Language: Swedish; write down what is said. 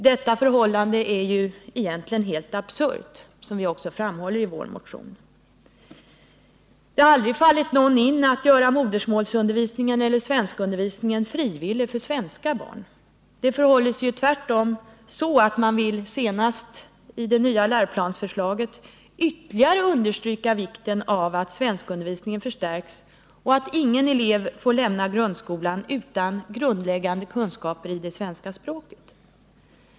Detta förhållande är egentligen helt absurt, som vi också framhåller i vår motion. Det har aldrig fallit någon in att göra modersmålsundervisningen eller svenskundervisningen frivillig för svenska barn. Det förhåller sig tvärtom så att man — senast i det nya läroplansförslaget — ytterligare vill understryka vikten av att svenskundervisningen förstärks och att ingen elev får lämna grundskolan utan grundläggande kunskaper i det svenska språket.